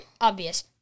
obvious